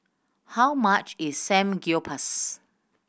how much is Samgyeopsal